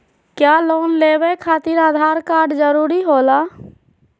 क्या लोन लेवे खातिर आधार कार्ड जरूरी होला?